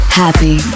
happy